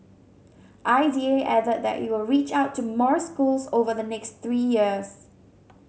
I D A added that it will reach out to more schools over the next three years